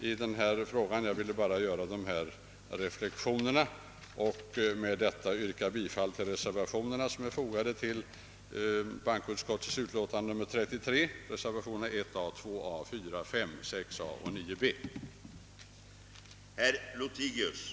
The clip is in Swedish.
Jag har bara velat gör dessa reflexioner, och ber att få yrka bifall till reservationerna 1a, 2a, 4, 5, 6 a och 9b, som är fogade till bankoutskottets utlåtande nr 33.